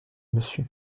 monsieur